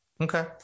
Okay